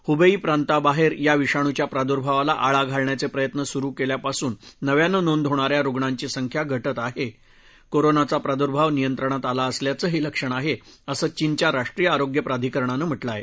Huawei प्रांताबाहेर या विषाणुच्या प्रादुर्भावाला आळा घालण्याचे प्रयत्न सुरु केल्यापासून नव्यानं नोंद होणाऱ्या रुग्णांची संख्या घटत आहे कोरोनाचा प्रादुर्भाव नियंत्रणात आला असल्याचं हे लक्षण आहे असं चीनच्या राष्ट्रीय आरोग्य प्राधिकरणानं म्हटलं आहे